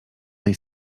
tej